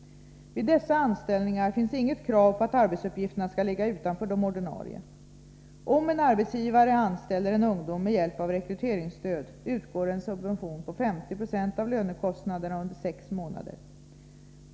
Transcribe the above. Vid dessa anställningar finns inget krav på att arbetsuppgifterna skall ligga utanför de ordinarie. Om en arbetsgivare anställer ungdomar med hjälp av rekryteringsstöd utgår en subvention på 50 96 av lönekostnaderna under sex månader.